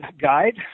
guide